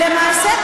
למעשה,